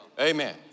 Amen